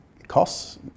Costs